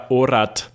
orat